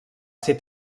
ser